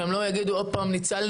שהם לא יגידו עוד פעם שניצלנו,